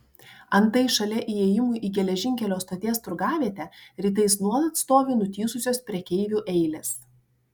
antai šalia įėjimų į geležinkelio stoties turgavietę rytais nuolat stovi nutįsusios prekeivių eilės